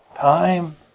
Time